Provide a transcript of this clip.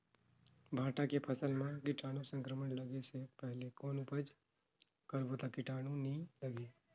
भांटा के फसल मां कीटाणु संक्रमण लगे से पहले कौन उपाय करबो ता कीटाणु नी लगही?